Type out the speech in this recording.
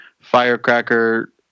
firecracker